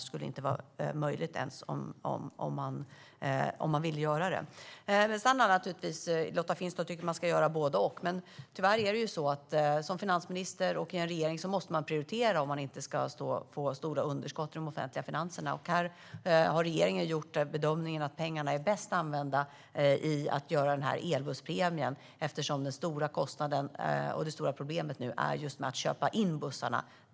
Det skulle inte vara möjligt även om man ville göra det. Lotta Finstorp tycker att man ska göra både och. Men tyvärr måste man som finansminister och i en regering prioritera för att inte få stora underskott i de offentliga finanserna. Här har regeringen gjort bedömningen att pengarna är bäst använda med en elbusspremie eftersom den stora kostnaden är just för att köpa in bussarna.